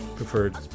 preferred